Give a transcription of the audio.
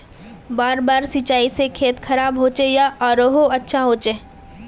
बार बार सिंचाई से खेत खराब होचे या आरोहो अच्छा होचए?